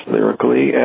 Lyrically